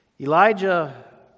Elijah